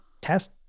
test